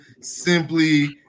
Simply